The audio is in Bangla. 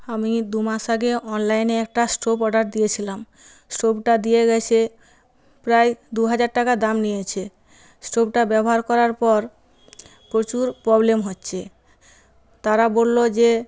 আমি দুমাস আগে অনলাইনে একটা স্টোভ অর্ডার দিয়েছিলাম স্টোভটা দিয়ে গেছে প্রায় দুহাজার টাকা দাম নিয়েছে স্টোভটা ব্যবহার করার পর প্রচুর প্রবলেম হচ্ছে তারা বললো যে